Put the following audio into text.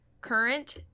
current